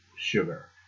sugar